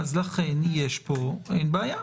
"טעמים מיוחדים"